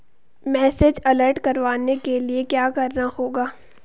Message alert करवाने के लिए क्या करना होगा?